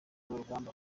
n’urugamba